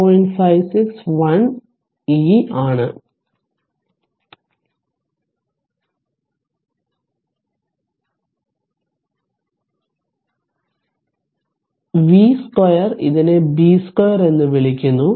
56 1 e ആണ് v square ഇതിനെ b square എന്ന് വിളിക്കുന്നു